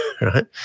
right